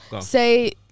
say